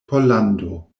pollando